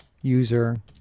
user